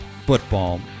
Football